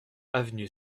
avenue